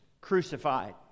crucified